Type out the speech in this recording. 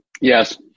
Yes